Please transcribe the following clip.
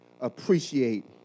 appreciate